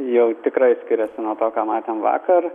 jau tikrai skiriasi nuo to ką matėm vakar